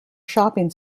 shopping